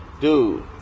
dude